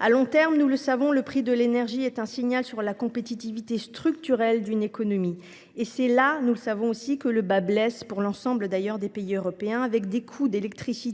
À long terme, nous le savons, le prix de l’énergie est un signal de la compétitivité structurelle d’une économie. Et c’est là que le bât blesse pour l’ensemble des pays européens : les coûts de l’électricité